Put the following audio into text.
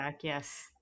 Yes